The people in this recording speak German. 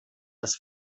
des